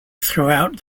throughout